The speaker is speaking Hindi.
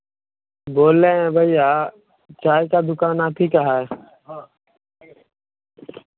बोल रहे हैं भईया चाय का दुकान आप ही का है